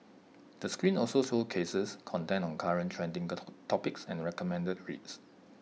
the screen also showcases content on current trending topics and recommended reads